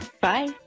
Bye